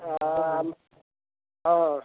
ହଁ ଆମ ହଁ